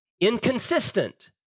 inconsistent